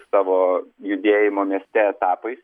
savo judėjimo mieste etapais